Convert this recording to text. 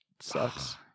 sucks